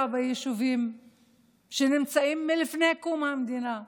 ביישובים שנמצאים מלפני קום המדינה בנגב,